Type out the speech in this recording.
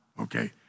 Okay